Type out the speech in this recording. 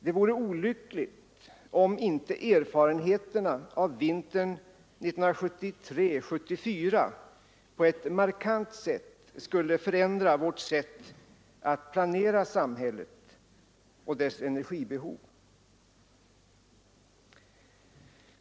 Det vore olyckligt om inte erfarenheterna av vintern 1973-1974 på ett markant sätt skulle förändra vårt sätt att planera samhället och dess energibehov.